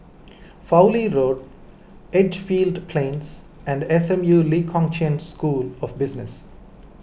Fowlie Road Edgefield Plains and S M U Lee Kong Chian School of Business